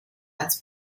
als